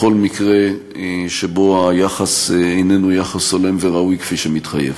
בכל מקרה שבו היחס איננו יחס הולם וראוי כפי שמתחייב.